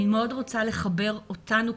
אני רוצה לחבר אותנו,